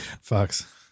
Fox